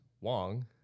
Wong